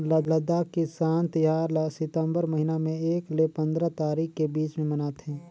लद्दाख किसान तिहार ल सितंबर महिना में एक ले पंदरा तारीख के बीच में मनाथे